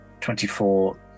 twenty-four